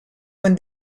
when